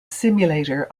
simulator